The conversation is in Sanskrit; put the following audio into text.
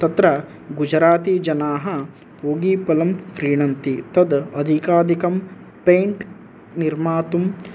तत्र गुजरातीजनाः पूगीपलं क्रीणन्ति तद् अदिकादिकं पेण्ट् निर्मातुं